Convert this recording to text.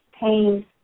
pain